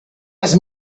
was